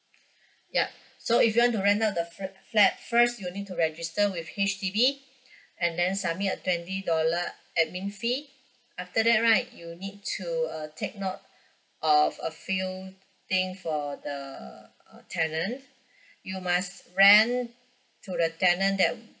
yup so if you want to rent out the fl~ flat first you need to register with H_D_B and then submit a twenty dollar admin fee after that right you need to uh take note of a few thing for the uh tenant you must rent to the tenant that